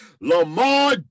Lamar